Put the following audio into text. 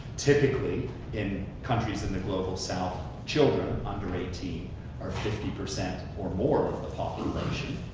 typically in countries in the global south, children under eighteen are fifty percent or more of the population,